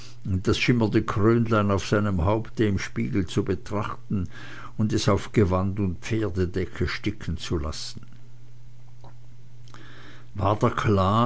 das schimmernde krönlein auf seinem haupte im spiegel zu betrachten und es auf gewand und pferdedecke sticken zu lassen war der